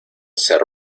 ser